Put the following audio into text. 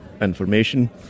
information